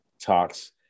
talks